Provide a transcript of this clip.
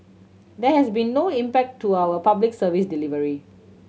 there has been no impact to our Public Service delivery